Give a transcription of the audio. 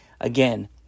again